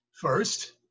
first